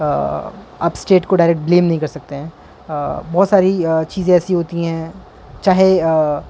آپ اسٹیٹ کو direct blame نہیں کر سکتے ہیں بہت ساری چیزیں ایسی ہوتی ہیں چاہے